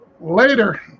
Later